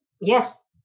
yes